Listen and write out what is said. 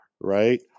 right